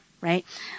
right